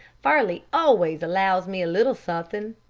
farley always allows me a little suthin'.